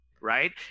Right